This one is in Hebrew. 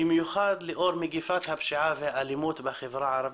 במיוחד לאור מגפת הפשיעה והאלימות בחברה הערבית,